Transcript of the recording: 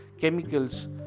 chemicals